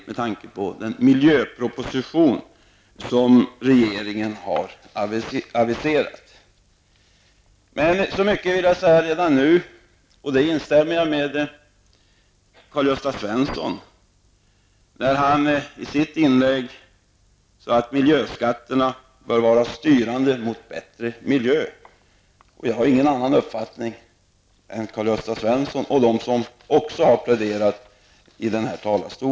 Jag tänker på den miljöproposition som regeringen har aviserat. Jag kan emellertid instämma med Karl Gösta Svenson, som sade att miljöskatterna bör styra mot användning av miljövänliga bränslen. Jag har alltså på den punkten ingen annan uppfattning än Karl-Gösta Svenson och andra som deltagit i denna debatt.